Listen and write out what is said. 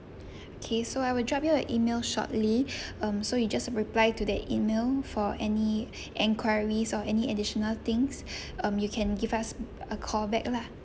okay so I will drop you an email shortly um so you just reply to the email for any inquiries or any additional things um you can give us a call back lah